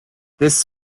this